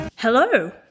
Hello